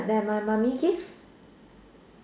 that my mummy give